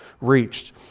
reached